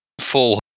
full